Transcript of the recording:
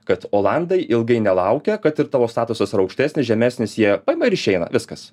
kad olandai ilgai nelaukia kad ir tavo statusas yra aukštesnis žemesnis jie paima ir išeina viskas